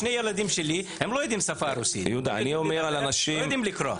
שני הילדים שלי לא יודעים רוסית --- לא יודעים לקרוא.